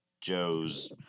Joe's